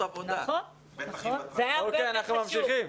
אנחנו ממשיכים.